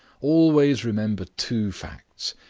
always remember two facts.